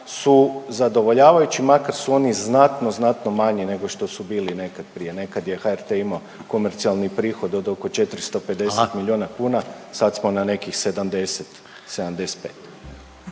su zadovoljavajući makar su oni znatno, znatno manji nego što su bili nekad prije. Nekad je HRT imao komercijalni prihod od oko 450 milijuna kuna. Sad smo na nekih 70, 75.